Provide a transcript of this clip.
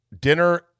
dinner